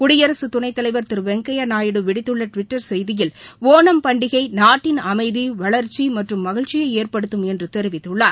குடியரசு துணை தலைவர் திரு வெங்கையா நாயுடு விடுத்துள்ள டுவிட்டர் செய்தியில் ஒணம் பண்டிகை நாட்டின் அமைதி வளர்ச்சி மற்றும் மகிழ்ச்சியை ஏற்படுத்தும் என்று தெரிவித்துள்ளார்